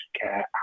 care